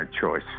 choice